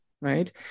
right